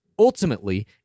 Ultimately